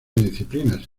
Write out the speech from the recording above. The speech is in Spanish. disciplinas